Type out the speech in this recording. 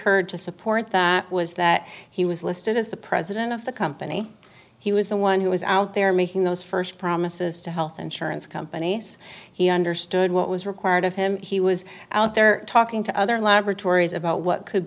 heard to support that was that he was listed as the president of the company he was the one who was out there making those first promises to health insurance companies he understood what was required of him he was out there talking to other laboratories about what could